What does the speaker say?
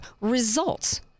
results